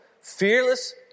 fearless